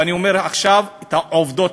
אני אומר עכשיו עובדות,